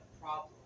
problem